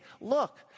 look